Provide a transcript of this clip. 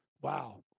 wow